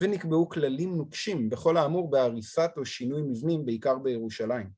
ונקבעו כללים נוקשים בכל האמור בהריסת או שינוי מבנים בעיקר בירושלים.